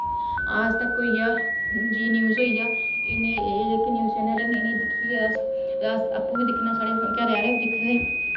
आज तक होइया जी न्यूज होइया इनें एह् जेह्के न्यूसज चैनल न इनें दिक्खियै अस अस आपूं बी दिक्खना साढ़े घरे आह्ले बी दिखदे